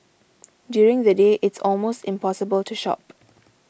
during the day it's almost impossible to shop